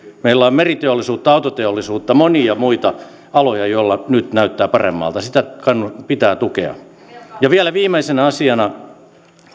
meillä on meriteollisuutta autoteollisuutta monia muita aloja joilla nyt näyttää paremmalta sitä pitää tukea vielä viimeisenä asiana